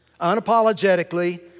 unapologetically